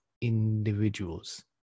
individuals